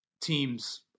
teams